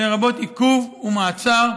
לרבות עיכוב ומעצר,